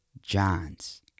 Johns